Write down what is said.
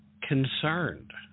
concerned